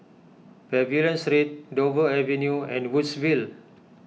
Pavilion Street Dover Avenue and Woodsville